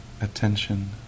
attention